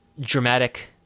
dramatic